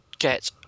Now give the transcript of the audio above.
get